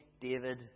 David